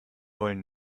wollen